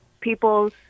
people